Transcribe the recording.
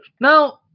Now